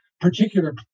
particular